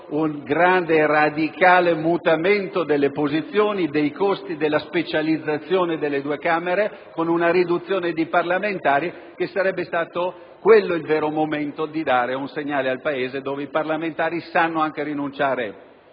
un radicale mutamento delle posizioni, dei costi e della specializzazione delle due Camere con la riduzione dei parlamentari. Sarebbe stato quello il momento di dare il segnale al Paese che i parlamentari sanno anche rinunciare